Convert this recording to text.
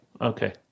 okay